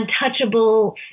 untouchable